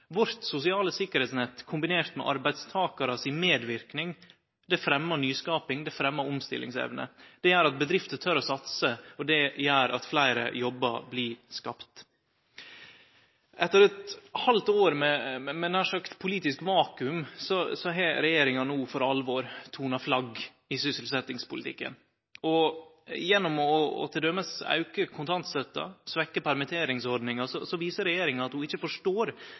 Vårt sosiale sikkerheitsnett kombinert med medverknad frå arbeidstakarane fremjar nyskaping og det fremjar omstillingsevne. Det gjer at bedrifter tør å satse, og det gjer at fleire jobbar blir skapte. Etter eit halvt år med nær sagt politisk vakuum har regjeringa no for alvor tona flagg i sysselsetjingspolitikken. Gjennom t.d. å auke kontantstøtta og svekkje permitteringsordninga viser regjeringa at ho ikkje forstår